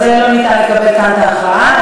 לא ניתן לקבל כאן את ההכרעה.